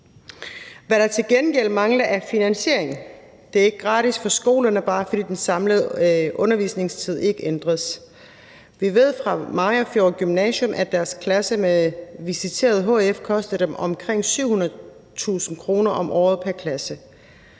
gengæld mangler, er finansieringen. Det er ikke gratis for skolerne, bare fordi den samlede undervisningstid ikke ændres. Vi ved fra Mariagerfjord Gymnasium, at deres klasser med visiteret hf koster dem omkring 700.000 kr. om året pr. klasse.